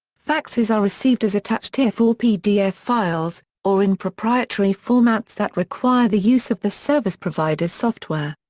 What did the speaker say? faxes are received as attached tiff or pdf files, or in proprietary formats that require the use of the service provider's software.